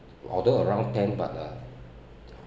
although around ten but uh